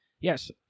Yes